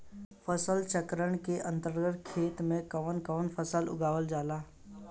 फसल चक्रण के अंतर्गत खेतन में कवन कवन फसल उगावल जाला?